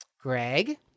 Greg